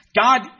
God